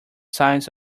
sides